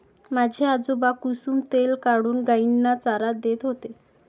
माझे आजोबा कुसुम तेल काढून गायींना चारा देत होते